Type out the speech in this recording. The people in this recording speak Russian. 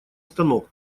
станок